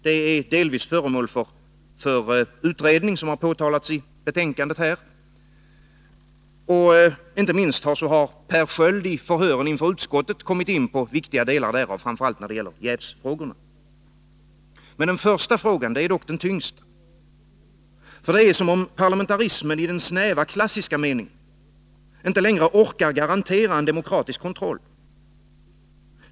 Det är delvis föremål för utredning, såsom har påtalats i betänkandet. Inte minst har Per Sköld i förhöret inför utskottet kommit in på viktiga delar därav, framför allt när det gäller jävsfrågorna. Den första frågan är dock den tyngsta. Det är som om parlamentarismen i den snäva klassiska meningen inte längre orkade garantera en demokratisk kontroll.